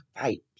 fight